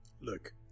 look